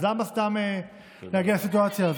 אז למה סתם להגיע לסיטואציה הזאת?